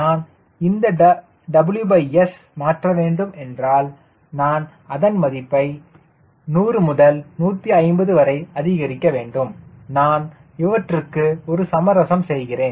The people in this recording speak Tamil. நான் இந்த WS மாற்ற வேண்டும் என்றால் நான் அதன் மதிப்பை 100 முதல் 150 வரை அதிகரிக்க வேண்டும் நான் இவற்றுக்கு ஒரு சமரசம் செய்கிறேன்